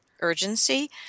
urgency